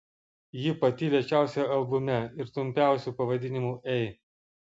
ji pati lėčiausia albume ir trumpiausiu pavadinimu ei